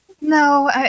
No